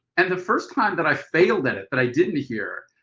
and the first time that i failed at it, that i didn't hear